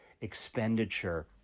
expenditure